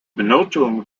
benotung